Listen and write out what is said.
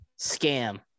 Scam